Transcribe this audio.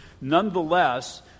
Nonetheless